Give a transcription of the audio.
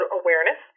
awareness